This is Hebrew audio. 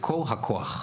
מקור הכוח,